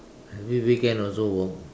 every weekend also work